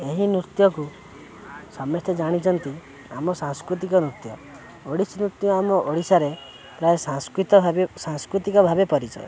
ଏହି ନୃତ୍ୟକୁ ସମସ୍ତେ ଜାଣିଛନ୍ତି ଆମ ସାଂସ୍କୃତିକ ନୃତ୍ୟ ଓଡ଼ିଶୀ ନୃତ୍ୟ ଆମ ଓଡ଼ିଶାରେ ପ୍ରାୟ ସଂସ୍କୃତି ଭାବେ ସାଂସ୍କୃତିକ ଭାବେ ପରିଚୟ